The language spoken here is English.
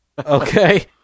Okay